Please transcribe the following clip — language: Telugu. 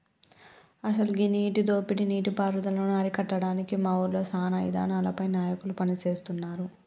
అసలు గీ నీటి దోపిడీ నీటి పారుదలను అరికట్టడానికి మా ఊరిలో సానా ఇదానాలపై నాయకులు పని సేస్తున్నారు